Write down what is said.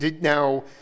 Now